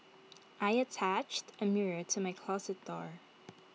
I attached A mirror to my closet door